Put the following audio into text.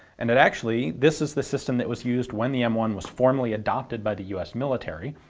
and that actually this is the system that was used when the m one was formally adopted by the us military.